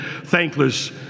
thankless